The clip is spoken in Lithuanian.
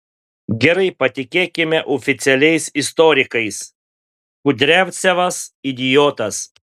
gerai patikėkime oficialiais istorikais kudriavcevas idiotas